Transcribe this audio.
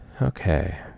Okay